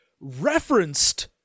referenced